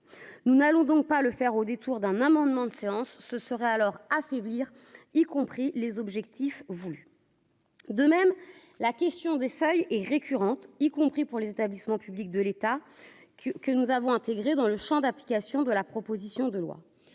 nous n'allons donc pas le faire au détour d'un amendement de séance ce serait alors affaiblir, y compris les objectifs vous. De même, la question des seuils et récurrente, y compris pour les établissements publics de l'État que que nous avons intégré dans le Champ d'application de la proposition de loi,